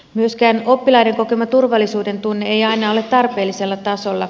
myöskään oppilaiden kokema turvallisuuden tunne ei aina ole tarpeellisella tasolla